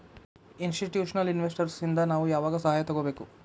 Institutional investors ಇಂದಾ ನಾವು ಯಾವಾಗ್ ಸಹಾಯಾ ತಗೊಬೇಕು?